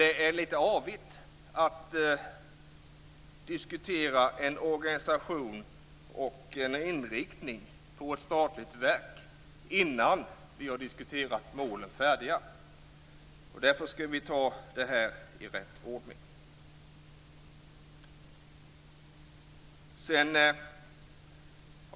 Det är dock litet avigt att diskutera en organisation och inriktningen på ett statligt verk innan vi har färdigdiskuterat målen. Därför skall vi ta de här sakerna i rätt ordning.